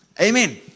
Amen